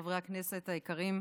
חברי הכנסת היקרים.